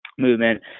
movement